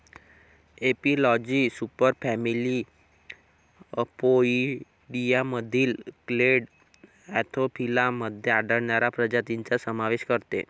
एपिलॉजी सुपरफॅमिली अपोइडियामधील clade Anthophila मध्ये आढळणाऱ्या प्रजातींचा समावेश करते